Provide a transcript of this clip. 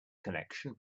connection